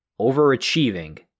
overachieving